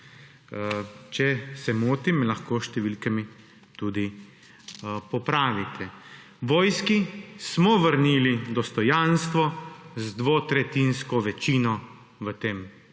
Če se motim, me lahko s številkami tudi popravite. Vojski smo vrnili dostojanstvo z dvotretjinsko večino v tem